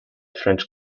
french